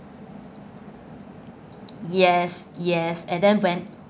yes yes and then when